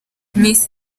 miss